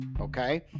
okay